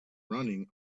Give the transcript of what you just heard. running